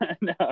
no